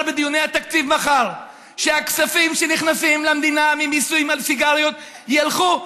בדיוני התקציב מחר שהכספים שנכנסים למדינה ממיסוי סיגריות ילכו,